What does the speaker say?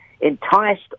enticed